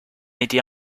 été